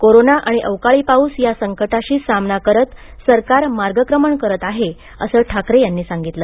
corona आणि अवकाळी पाऊस या संकटांशी सामना करत सरकार मार्गक्रमण करत आहे असे ठाकरे यांनी सांगितले